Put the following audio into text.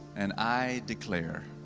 and i declare